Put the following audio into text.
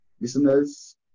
listeners